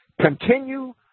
continue